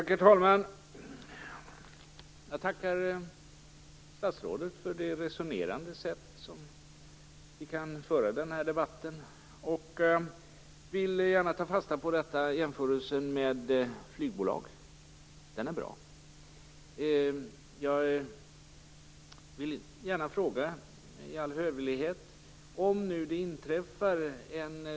Herr talman! Jag tackar statsrådet för att vi kan föra debatten på ett resonerande sätt. Jag vill gärna ta fasta på jämförelsen med flygbolag - den är bra. Jag vill i all hövlighet ställa några frågor.